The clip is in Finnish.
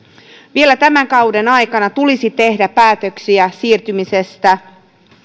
vielä tämän kauden aikana tulisi tehdä päätöksiä siirtymisestä